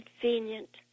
convenient